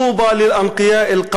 אשרי ברי לבב